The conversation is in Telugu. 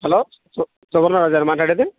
హలో సువర్ణ రాజేనా మాట్లాడేది